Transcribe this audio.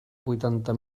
vuitanta